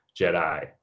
Jedi